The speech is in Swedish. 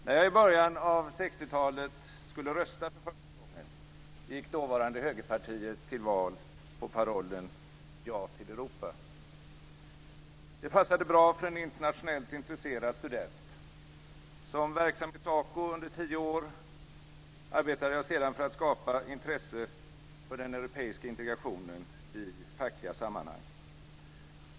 När jag i början av 60-talet skulle rösta för första gången, gick dåvarande Högerpartiet till val med parollen "Ja till Europa". Det passade bra för en internationellt intresserad student. Som verksam i SA CO under tio år arbetade jag sedan för att skapa intresse för den europeiska integrationen i fackliga sammanhang.